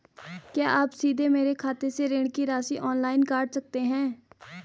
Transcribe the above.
क्या आप सीधे मेरे खाते से ऋण की राशि ऑनलाइन काट सकते हैं?